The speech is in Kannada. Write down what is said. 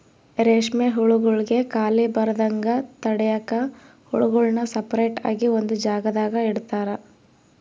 ರೇಷ್ಮೆ ಹುಳುಗುಳ್ಗೆ ಖಾಲಿ ಬರದಂಗ ತಡ್ಯಾಕ ಹುಳುಗುಳ್ನ ಸಪರೇಟ್ ಆಗಿ ಒಂದು ಜಾಗದಾಗ ಇಡುತಾರ